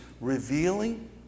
revealing